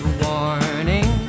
warning